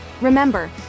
Remember